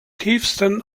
tiefsten